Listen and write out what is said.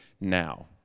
now